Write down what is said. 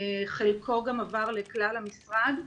חלקו גם עבר לכלל המשרד.